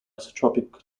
isotropic